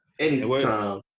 Anytime